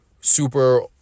super